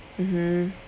mmhmm